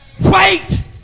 Wait